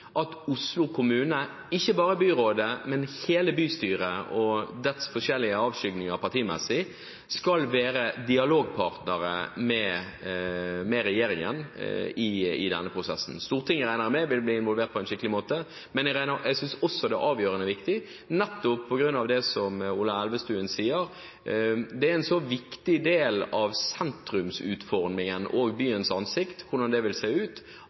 at Oslo kommune – ikke bare byrådet, men hele bystyret og dets forskjellige avskygninger partimessig – er dialogpartner med regjeringen i denne prosessen. Stortinget regner jeg med vil bli involvert på en skikkelig måte. Men jeg syns også det er avgjørende viktig, nettopp på grunn av det som Ola Elvestuen sier, at det er en så viktig del av sentrumsutformingen og byens ansikt, hvordan det vil se ut,